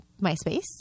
MySpace